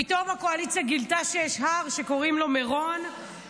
פתאום הקואליציה גילתה שיש הר שקוראים לו מירון,